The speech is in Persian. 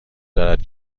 دارد